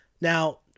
Now